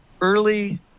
early